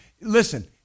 Listen